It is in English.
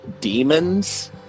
demons